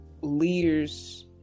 leaders